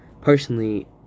personally